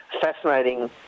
fascinating